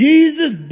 Jesus